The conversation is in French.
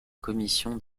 commission